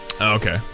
Okay